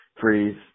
freeze